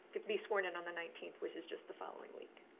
be sworn in on the nineteenth, which is just the following week.